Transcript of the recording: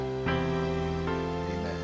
Amen